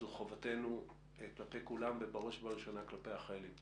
זו חובתנו כלפי כולם ובראש ובראשונה כלפי החיילים.